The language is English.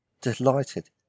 delighted